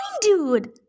dude